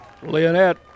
Leonette